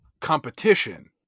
competition